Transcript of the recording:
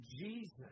Jesus